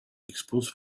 expose